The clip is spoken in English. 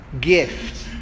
gift